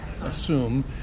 assume